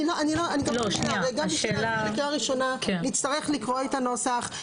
אני --- קריאה ראשונה נצטרך לקבוע את הנוסח.